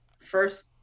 first